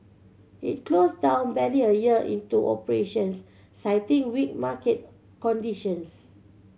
it closed down barely a year into operations citing weak market conditions